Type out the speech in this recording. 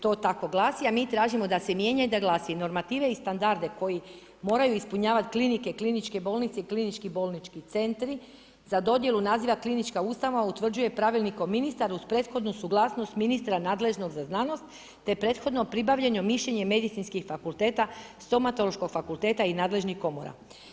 To tako glasi a mi tražimo da se mijenja i da glasi: „Normative i standarde koji moraju ispunjavati klinike, kliničke bolnice i klinički bolnički centri za dodjelu naziva klinička ustanova utvrđuje pravilnikom ministar uz prethodnu suglasnost ministra nadležnog za znanost te prethodno pribavljeno mišljenje medicinskih fakulteta, stomatološkog fakulteta i nadležnih komora.